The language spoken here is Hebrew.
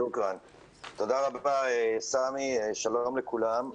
תודה רבה סמי, שלום לכולם.